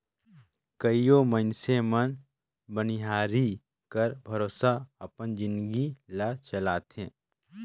कइयो मइनसे मन बनिहारी कर भरोसा अपन जिनगी ल चलाथें